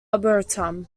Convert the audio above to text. arboretum